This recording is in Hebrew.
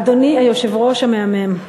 אדוני היושב-ראש המהמם,